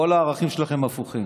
כל הערכים שלכם הפוכים,